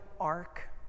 ark